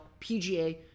PGA